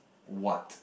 what